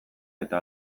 eta